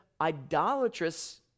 idolatrous